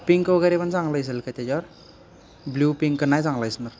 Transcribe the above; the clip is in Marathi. पिंक वगैरे पण चांगलं दिसेल का त्याच्यावर ब्लू पिंक नाही चांगलं दिसणार